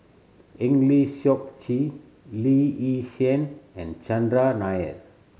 Eng Lee Seok Chee Lee Yi Shyan and Chandran Nair